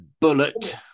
Bullet